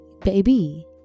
baby